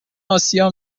آسیا